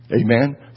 Amen